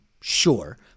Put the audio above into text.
sure